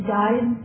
died